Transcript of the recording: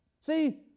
See